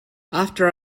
after